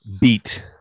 beat